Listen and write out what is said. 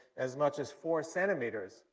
as much as four centimeters,